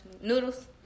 Noodles